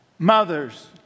Mothers